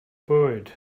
bwyd